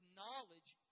knowledge